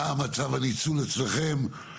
מה מצב הניצול אצלכם?